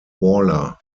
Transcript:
waller